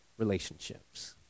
relationships